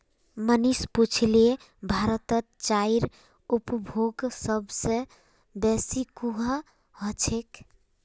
मनीष पुछले भारतत चाईर उपभोग सब स बेसी कुहां ह छेक